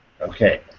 Okay